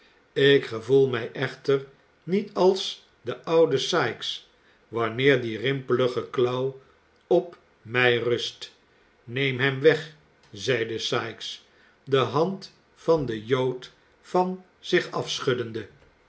ik gevoel mij echter niet als de oude sikes wanneer die rimpelige klauw op mij rust neem hém weg zeide sikes de hand van dêri jood van zich